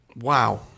Wow